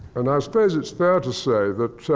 and i suppose it's fair to say that